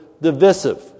divisive